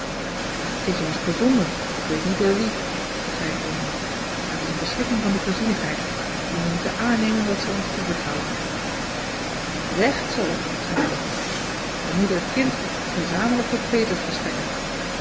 t is ons gezonden ik weet niet door wie zeide donia maar t is een beschikking van de voorzienigheid en wij moeten aannemen wat zij ons toevertrouwt recht zoo zeide hoogenberg wij moeten het kind gezamentlijk tot peters verstrekken